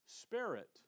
spirit